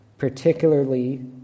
Particularly